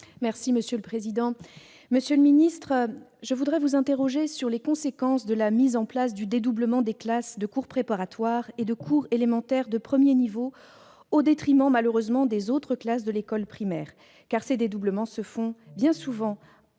nationale. Monsieur le ministre, ma question porte sur les conséquences de la mise en place du dédoublement des classes de cours préparatoire et de cours élémentaire de premier niveau, au détriment, malheureusement, d'autres classes de l'école primaire. De fait, ces dédoublements se font bien souvent aux